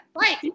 Right